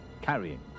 carrying